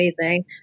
amazing